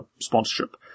sponsorship